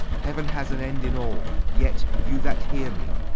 heauen ha's an end in all yet, you that heare me,